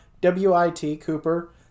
W-I-T-Cooper